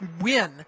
win